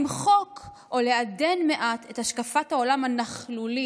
למחוק או לעדן מעט את השקפת העולם הנכלולית,